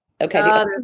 Okay